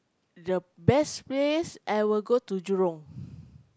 the best place I will go to Jurong